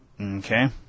Okay